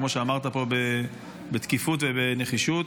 כמו שאמרת פה בתקיפות ובנחישות,